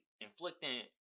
inflicting